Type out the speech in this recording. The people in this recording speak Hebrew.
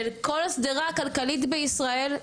של כל השדרה הכלכלית בישראל,